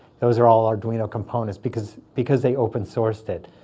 those are all arduino components because because they open sourced it.